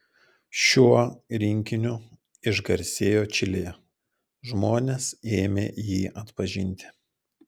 šiuo rinkiniu išgarsėjo čilėje žmonės ėmė jį atpažinti